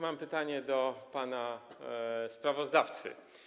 Mam pytanie do pana sprawozdawcy.